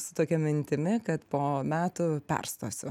su tokia mintimi kad po metų perstosiu